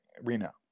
Rena